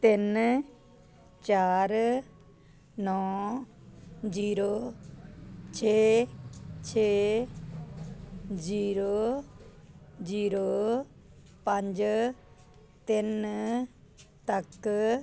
ਤਿੰਨ ਚਾਰ ਨੌਂ ਜੀਰੋ ਛੇ ਛੇ ਜੀਰੋ ਜੀਰੋ ਪੰਜ ਤਿੰਨ ਤੱਕ